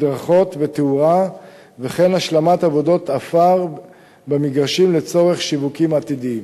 מדרכות ותאורה וכן להשלמת עבודות עפר במגרשים לצורך שיווקים עתידיים.